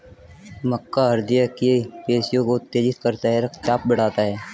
मक्का हृदय की पेशियों को उत्तेजित करता है रक्तचाप बढ़ाता है